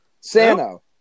Sano